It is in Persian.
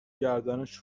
گردنش